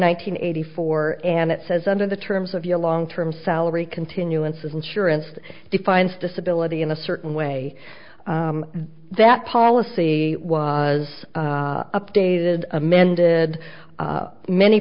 hundred eighty four and it says under the terms of your long term salary continuance insurance defines disability in a certain way that policy was updated amended many